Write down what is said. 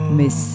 miss